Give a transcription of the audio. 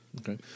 Okay